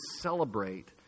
celebrate